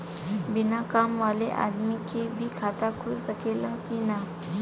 बिना काम वाले आदमी के भी खाता खुल सकेला की ना?